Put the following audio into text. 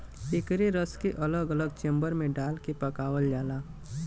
एकरे रस के अलग अलग चेम्बर मे डाल के पकावल जाला